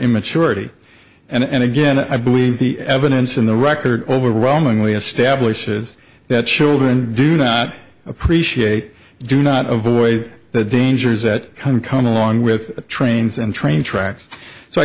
immaturity and again i believe the evidence in the record overwhelmingly establishes that children do not appreciate do not avoid the dangers that come come along with trains and train tracks so i